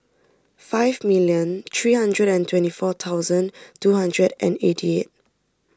five million three hundred and twenty four thousand two hundred and eighty eight